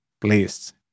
please